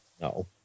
no